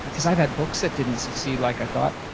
ah cause i've had books that didn't succeed like i thought,